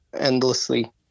endlessly